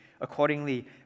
accordingly